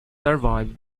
survived